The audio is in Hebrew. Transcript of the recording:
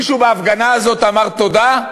מישהו בהפגנה הזאת אמר תודה?